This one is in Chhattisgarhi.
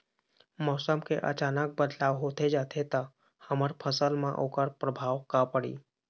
मौसम के अचानक बदलाव होथे जाथे ता हमर फसल मा ओकर परभाव का पढ़ी?